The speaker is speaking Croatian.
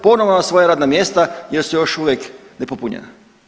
Ponovno na svoja radna mjesta jer su još uvijek nepopunjena.